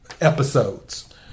episodes